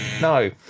No